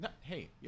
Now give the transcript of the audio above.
Hey